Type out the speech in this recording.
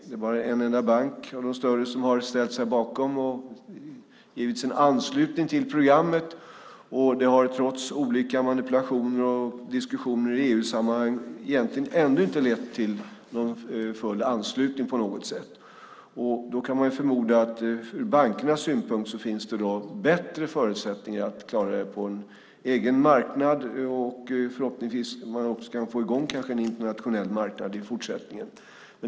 Det är bara en enda av de större bankerna som har ställt sig bakom och anslutit sig till programmet. Trots olika manipulationer och diskussioner i EU-sammanhang har det egentligen inte lett till full anslutning ännu. Man kan förmoda att det ur bankernas synpunkt finns bättre förutsättningar att klara det på en egen marknad, och förhoppningsvis kan man få i gång en internationell marknad i fortsättningen.